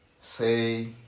say